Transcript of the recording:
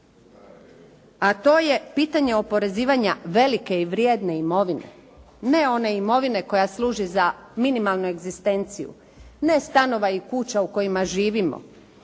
a to je pitanje oporezivanja velike i vrijedne imovine. Ne one imovine koja služi za minimalnu egzistenciju, ne stanova i kuća u kojima živimo,